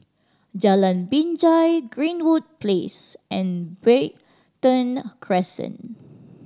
Jalan Binjai Greenwood Place and Brighton Crescent